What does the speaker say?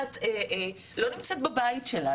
לא נמצאת בבית שלה,